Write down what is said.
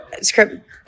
script